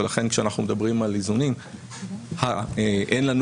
ולכן כשאנחנו מדברים על איזונים אין לנו